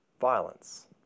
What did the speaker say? violence